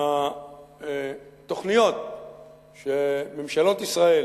התוכניות שממשלות ישראל